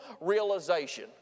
realization